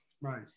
Right